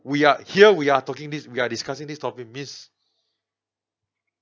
we are here we are talking this we are discussing this topic means